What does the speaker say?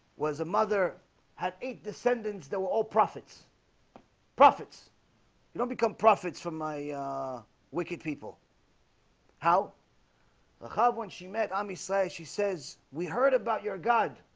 was a mother had eight descendants there were all prophets prophets you don't become prophets from my wicked people how the hub when she met um i'ma say she says we heard about your god.